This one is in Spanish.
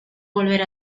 volver